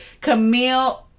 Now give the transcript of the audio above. camille